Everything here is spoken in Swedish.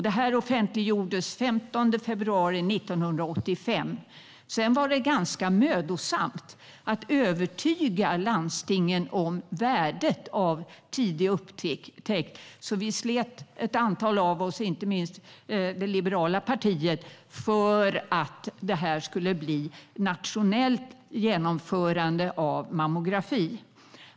Det offentliggjordes den 15 februari 1985. Det var dock ganska mödosamt att övertyga landstingen om värdet av tidig upptäckt, så ett antal av oss slet, inte minst det liberala partiet, för att det skulle bli ett nationellt genomförande av mammografi.